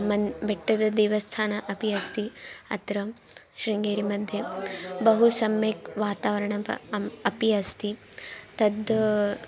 मन् बेट्टददेवस्थान अपि अस्ति अत्र शृङ्गेरिमध्ये बहु सम्यक् वातावरणं प अम् अपि अस्ति तद्